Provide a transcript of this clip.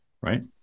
right